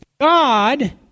God